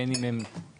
בין אם הם מוסדרים,